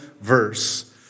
verse